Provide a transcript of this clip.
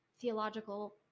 theological